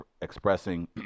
expressing